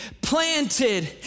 planted